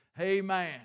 Amen